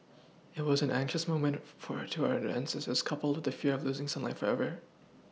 it was an anxious moment for our to our ancestors coupled with the fear of losing sunlight forever